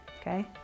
okay